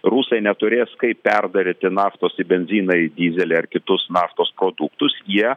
rusai neturės kaip perdaryti naftos į benziną į dyzelį ar kitus naftos produktus jie